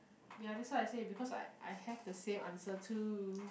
ya that's why I say because I I have the same answer too